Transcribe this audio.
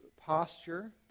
posture